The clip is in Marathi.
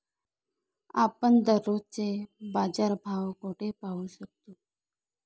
आपण दररोजचे बाजारभाव कोठे पाहू शकतो?